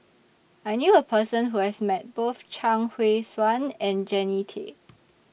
I knew A Person Who has Met Both Chuang Hui Tsuan and Jannie Tay